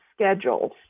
schedules